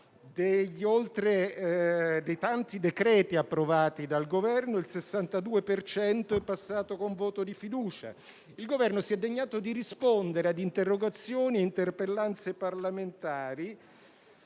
dei tanti decreti-legge approvati dal Governo il 62 per cento è passato con voto di fiducia. Il Governo si è degnato di rispondere ad interrogazioni e interpellanze parlamentari